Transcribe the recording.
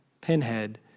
pinhead